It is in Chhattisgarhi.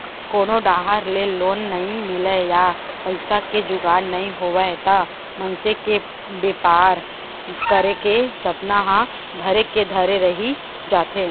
कोनो डाहर ले लोन नइ मिलय या पइसा के जुगाड़ नइ होवय त मनसे के बेपार करे के सपना ह धरे के धरे रही जाथे